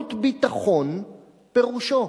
"'שירות ביטחון' פירושו,